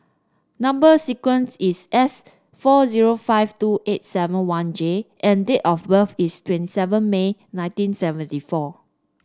number sequence is S four zero five two eight seven one J and date of birth is twenty seven May nineteen seventy four